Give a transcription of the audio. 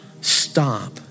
Stop